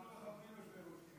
אנחנו מכבדים יושב-ראש כנסת.